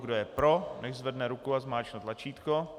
Kdo je pro, nechť zvedne ruku a zmáčkne tlačítko.